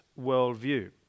worldview